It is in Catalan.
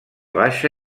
baixa